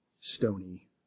Stony